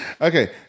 Okay